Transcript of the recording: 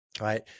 Right